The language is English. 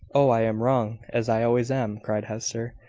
oh, i am wrong as i always am! cried hester.